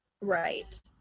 Right